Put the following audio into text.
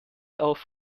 auf